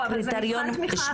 לא, אבל זה מבחן תמיכה אחר.